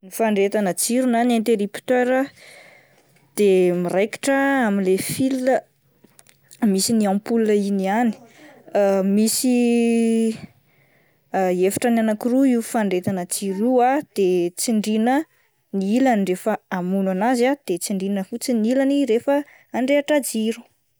Fandrehetana jiro na interipteur ah de miraikitra amin'ilay fil ah misy ny ampola iny ihany, misy a-efitra anakiroa io fandrehetana jiro io ah de tsindrina ny ilany rehefa amono an'azy ah de tsindrina fotsiny ny ilany rehefa andrehitra jiro.